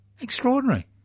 Extraordinary